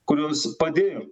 kurios padėjo